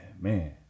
man